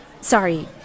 Sorry